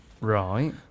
right